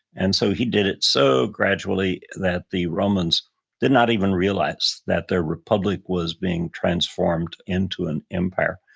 and so he did it so gradually that the romans did not even realize that their republic was being transformed into an empire.